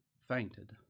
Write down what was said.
fainted